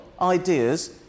ideas